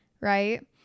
right